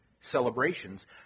celebrations